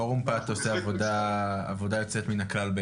פורום פת עושה עבודה יוצאת מן הכלל,